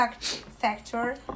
factor